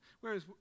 whereas